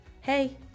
Hey